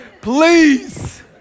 please